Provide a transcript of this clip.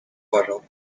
quarrel